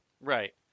Right